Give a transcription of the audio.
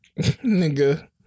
nigga